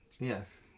yes